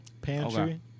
Pantry